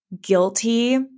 guilty